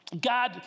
God